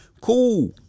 Cool